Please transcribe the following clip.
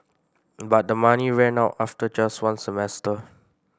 but the money ran out after just one semester